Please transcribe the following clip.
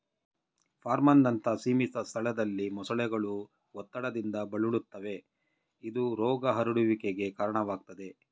ಫಾರ್ಮ್ನಂತ ಸೀಮಿತ ಸ್ಥಳದಲ್ಲಿ ಮೊಸಳೆಗಳು ಒತ್ತಡದಿಂದ ಬಳಲುತ್ತವೆ ಇದು ರೋಗ ಹರಡುವಿಕೆಗೆ ಕಾರಣವಾಗ್ತದೆ